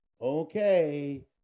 Okay